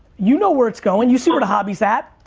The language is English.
you know where it's going. you see where the hobby's at.